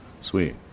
Sweet